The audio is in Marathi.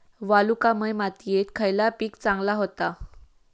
वालुकामय मातयेत खयला पीक चांगला होता?